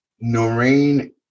Noreen